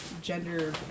gender